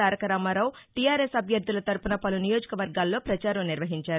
తారకరామారావు టీఆర్ఎస్ అభ్యర్దల తరఫున పలు నియోజకవర్గాల్లో ప్రచారం నిర్వహించారు